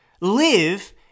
live